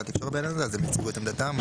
התקשורת בעניין הזה והם ייצגו את עמדתם.